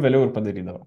vėliau ir padarydavo